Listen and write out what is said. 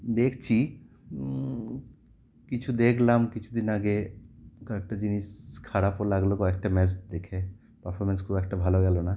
দেখছি কিছু দেখলাম কিছুদিন আগে কয়েকটা জিনিস খারাপও লাগলো কয়েকটা ম্যাচ দেখে পারফরমেন্স খুব একটা ভালো গেলো না